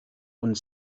und